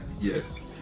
Yes